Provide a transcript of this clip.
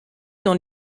dans